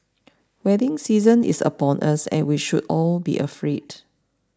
wedding season is upon us and we should all be afraid